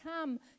come